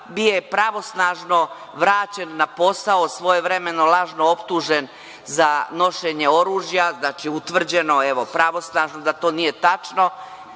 BIA pravosnažno vraćen na posao, a svojevremeno lažno optužen za nošenje oružja. Znači, utvrđeno je pravosnažno da to nije tačno,